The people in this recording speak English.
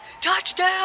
Touchdown